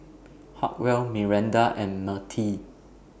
Hartwell Miranda and Mertie